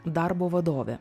darbo vadovė